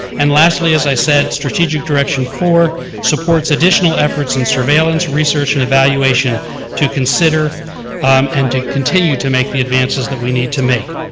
and lastly, as i said, strategic direction four supports additional efforts in surveillance, research and evaluation to consider and to continue to make the advances that we need to make.